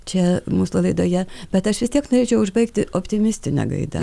čia mūsų laidoje bet aš vis tiek norėčiau užbaigti optimistine gaida